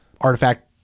artifact